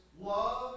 love